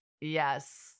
yes